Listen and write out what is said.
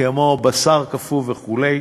כמו בשר קפוא וכו',